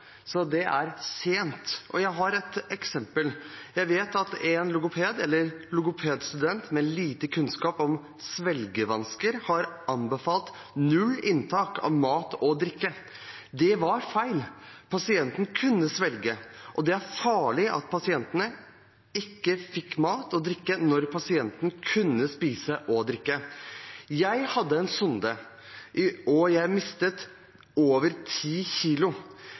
så det er sent. Jeg har et eksempel. Jeg vet at en logoped eller logopedstudent med lite kunnskap om svelgevansker har anbefalt null inntak av mat og drikke. Det var feil. Pasienten kunne svelge. Og det var farlig at pasienten ikke fikk mat og drikke når pasienten kunne spise og drikke. Jeg hadde en sonde, og jeg mistet over 10 kg.